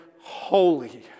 holy